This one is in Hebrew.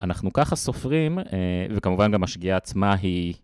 אנחנו ככה סופרים, וכמובן גם השגיאה עצמה היא...